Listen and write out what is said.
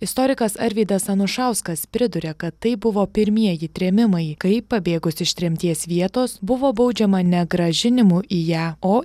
istorikas arvydas anušauskas priduria kad tai buvo pirmieji trėmimai kaip pabėgus iš tremties vietos buvo baudžiama ne grąžinimu į ją o